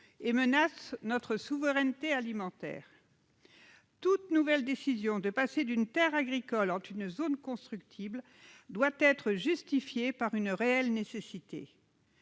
qui menace notre souveraineté alimentaire. Dans ce contexte, toute nouvelle décision de passer d'une terre agricole à une zone constructible doit être justifiée par une réelle nécessité.